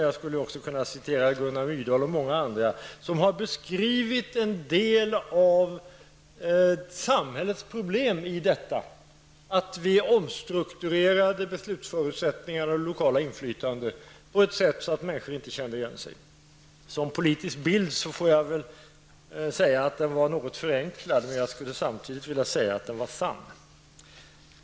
Jag skulle också kunna citera Gunnar Myrdal och många andra som har beskrivit en del av samhällets problem i samband med att vi omstrukturerade beslutsförutsättningar och det lokala inflytandet på ett sätt som gjorde att människor inte kände igen sig. Som politisk bild var den något förenklad, men jag skulle samtidigt vilja säga att den var sann.